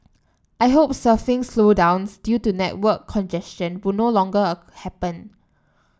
I hope surfing slowdowns due to network congestion will no longer happen